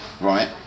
right